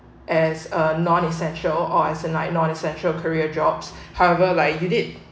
as a non essential or as a night non essential career jobs like you did